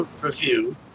review